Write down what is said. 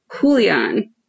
Julian